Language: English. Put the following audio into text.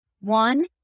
One